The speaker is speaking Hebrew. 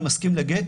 אני מסכים לגט,